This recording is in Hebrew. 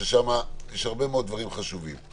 שם יש הרבה מאוד דברים חשובים.